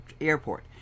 airport